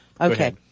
Okay